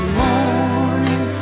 morning